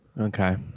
okay